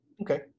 okay